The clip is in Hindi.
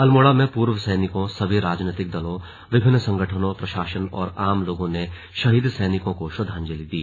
अल्मोड़ा में पूर्व सैनिकों सभी राजनीतिक दलों विभिन्न संगठनों प्रशासन और आम लोगों ने शहीद सैनिकों को श्रद्वांजलि दी